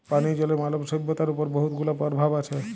পানীয় জলের মালব সইভ্যতার উপর বহুত গুলা পরভাব আছে